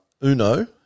uno